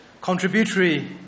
contributory